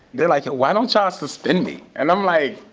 they're like yo, why don't y'all suspend me? and i'm like,